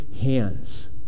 hands